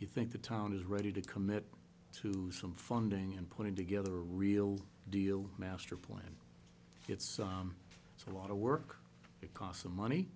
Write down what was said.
you think the town is ready to commit to some funding and putting together a real deal master plan it's a lot of work it cost some money